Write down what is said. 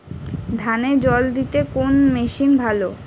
ধানে জল দিতে কোন মেশিন ভালো?